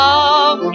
Love